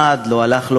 למד, לא הלך לו